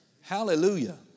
Hallelujah